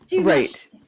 right